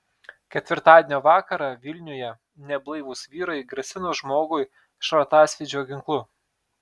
ketvirtadienio vakarą vilniuje neblaivūs vyrai grasino žmogui šratasvydžio ginklu